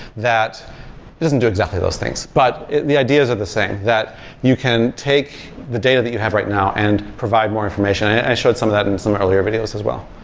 that doesn't do exactly those things, but the ideas are the same, that you can take the data that you have right now and provide more information. i showed some of that in some earlier videos as well.